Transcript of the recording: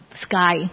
sky